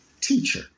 teacher